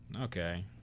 Okay